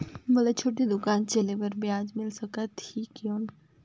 मोला छोटे दुकान चले बर ब्याज मिल सकत ही कौन?